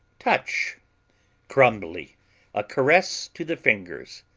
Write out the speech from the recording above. touch crumbly a caress to the fingers.